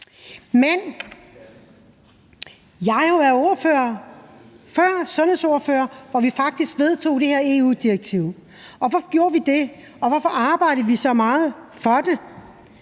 Men jeg var jo også sundhedsordfører, da vi vedtog det her EU-direktiv. Og hvorfor gjorde vi det, og hvorfor arbejdede vi så meget for det?